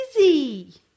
Easy